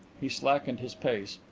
he slackened his pace.